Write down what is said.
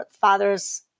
fathers